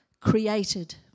created